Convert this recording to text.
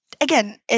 Again